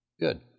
Good